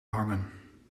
hangen